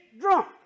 drunk